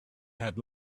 had